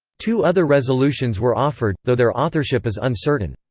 two other resolutions were offered, though their authorship is uncertain.